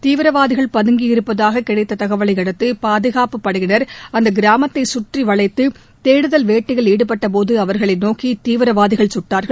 தீவிரவாதிகள் பதுங்கியிருப்பதாக கிடைத்த தகவவையடுத்து பாதுகாப்பு படையினர் அந்த கிராமத்தை கற்றிவளைத்து தேடுதல் வேட்டையில் ஈடுபட்டபோது அவர்களை நோக்கி தீவிரவாதிகள் கட்டார்கள்